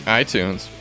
iTunes